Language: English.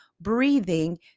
breathing